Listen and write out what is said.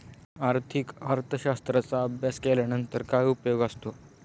आर्थिक अर्थशास्त्राचा अभ्यास केल्यानंतर काय उपयोग असतो?